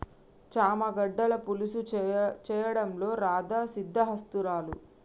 చామ గడ్డల పులుసు చేయడంలో రాధా సిద్దహస్తురాలు